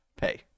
pay